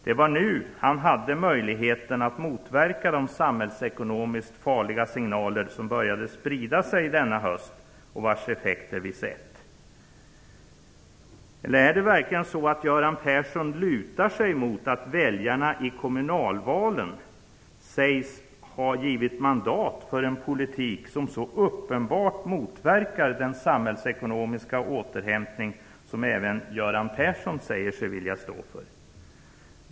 Det var nu under hösten som han hade möjligheten att motverka de samhällsekonomiskt farliga signaler som började sprida sig denna höst och vars effekter vi sett. Eller är det verkligen så att Göran Persson lutar sig mot att väljarna i kommunalvalen sägs ha givit mandat för en politik som så uppenbart motverkar den samhällsekonomiska återhämtning som även Göran Persson säger sig vilja stå för?